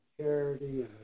charity